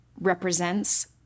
represents